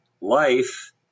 life